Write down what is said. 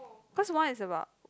cause one is about